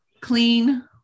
clean